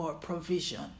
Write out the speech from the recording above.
provision